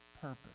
purpose